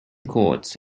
courts